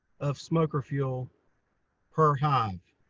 of smoker fuel per hive.